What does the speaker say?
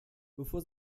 bevor